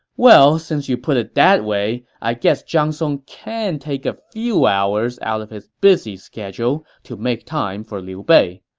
well, since you put it that way, i guess zhang song can take a few hours out of his busy schedule to make time for liu bei.